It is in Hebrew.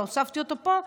והוספתי אותו פה,